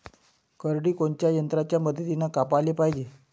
करडी कोनच्या यंत्राच्या मदतीनं कापाले पायजे?